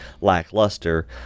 lackluster